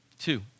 Two